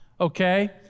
okay